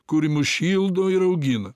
kuri mus šildo ir augina